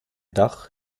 dach